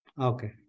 Okay